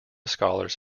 scholars